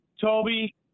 Toby